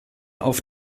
auf